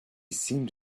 seemed